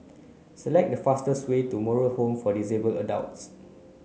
select the fastest way to Moral Home for Disabled Adults